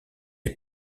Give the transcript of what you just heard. est